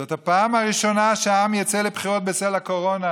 זאת הפעם הראשונה שהעם יצא לבחירות בצל הקורונה,